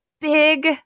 big